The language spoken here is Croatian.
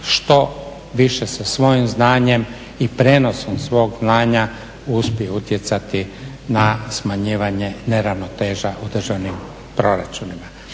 što više sa svojim znanjem i prijenosom svog znanja uspiju utjecati na smanjivanje neravnoteža u državnim proračunima.